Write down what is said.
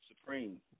supreme